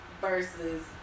versus